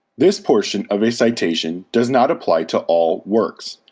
this portion of a citation does not apply to all works,